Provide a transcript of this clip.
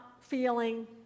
feeling